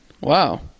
Wow